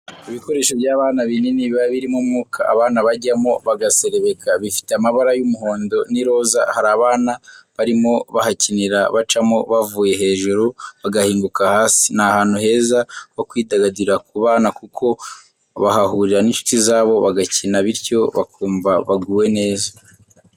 Ibikinisho by'abana binini biba birimo umwuka abana bajyamo bagaserebeka, bifite amabara y'umuhondo n'iroza hari abana barimo bahakinira bacamo bavuye hejuru bagahinguka hasi ni ahantu heza ho kwidagadurira ku bana kuko bahahurira n'inshuti zabo bagakina bityo bakumva baguwe neza.